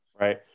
Right